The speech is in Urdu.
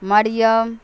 مریم